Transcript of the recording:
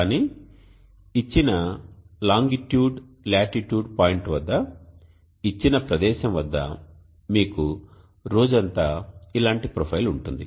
కానీ ఇచ్చిన longitude latitude point వద్ద ఇచ్చిన ప్రదేశం వద్ద మీకు రోజంతా ఇలాంటి ప్రొఫైల్ ఉంటుంది